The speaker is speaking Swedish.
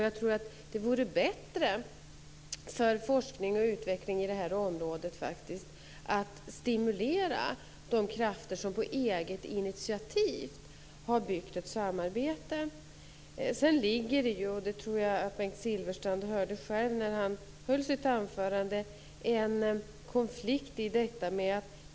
Jag tycker att det vore bättre för forskning och utveckling i det här området att stimulera de krafter som på eget initiativ har byggt upp ett samarbete. Sedan ligger det - jag tror att Bengt Silfverstrand hörde det själv när han höll sitt anförande - en konflikt här.